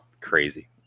Crazy